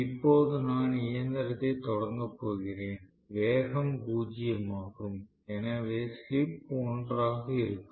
இப்போது நான் இயந்திரத்தைத் தொடங்கப் போகிறேன் வேகம் பூஜ்ஜியமாகும் எனவே ஸ்லிப் ஒன்றாக இருக்கும்